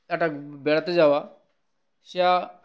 একটা বেড়াতে যাওয়া যা